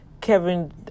Kevin